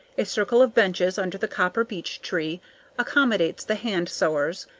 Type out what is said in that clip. a circle of benches under the copper beech tree accommodates the hand sewers,